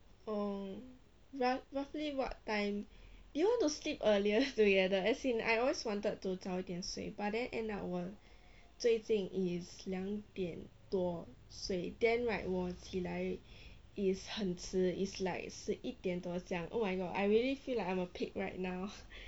oh rough roughly what time you want to sleep earlier together as in I always wanted to 早点睡 but then end up 我最近 is 两点多睡 then right 我起来 is 很迟 is like 十一点多这样 oh my god I really feel like I'm a pig right now